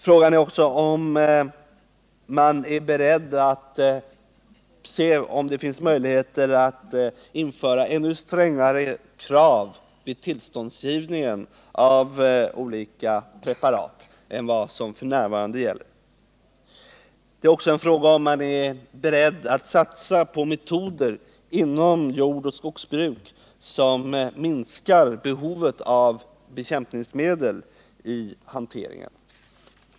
Är jordbruksministern beredd att undersöka om det finns möjligheter att införa ännu strängare krav vid tillståndsgivningen för olika preparat än de krav som f. n. gäller?